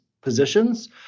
positions